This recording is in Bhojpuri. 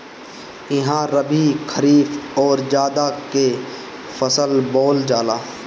इहा रबी, खरीफ अउरी जायद के फसल बोअल जाला